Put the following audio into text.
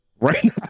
right